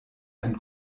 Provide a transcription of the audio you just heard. ein